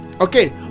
Okay